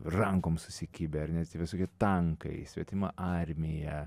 rankom susikibę ar ne tie visokie tankai svetima armija